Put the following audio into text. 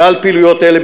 כלל הפעילויות האלה,